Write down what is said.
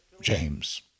James